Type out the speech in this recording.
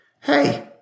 hey